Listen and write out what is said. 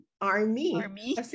army